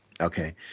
Okay